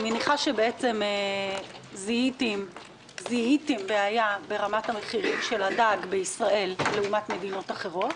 אני מניחה שזיהיתם בעיה ברמת המחירים של הדג בישראל לעומת מדינות אחרות,